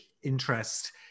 interest